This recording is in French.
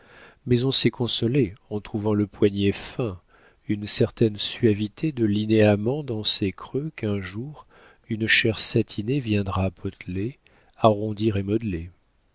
mais on s'est consolée en trouvant le poignet fin une certaine suavité de linéaments dans ces creux qu'un jour une chair satinée viendra poteler arrondir